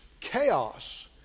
chaos